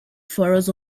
furrows